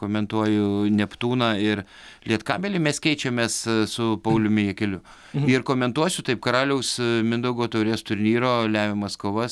komentuoju neptūną ir lietkabelį mes keičiamės su pauliumi jakeliu ir komentuosiu taip karaliaus mindaugo taurės turnyro lemiamas kovas